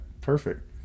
perfect